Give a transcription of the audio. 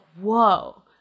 whoa